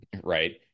right